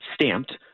Stamped